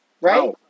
Right